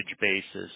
basis